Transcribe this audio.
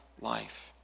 life